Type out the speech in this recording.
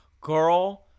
Girl